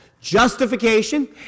justification